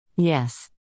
Yes